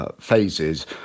Phases